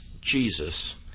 Jesus